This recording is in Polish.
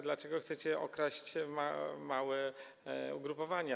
Dlaczego chcecie okraść małe ugrupowania?